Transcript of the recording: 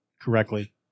correctly